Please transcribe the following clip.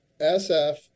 SF